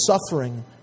suffering